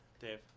Dave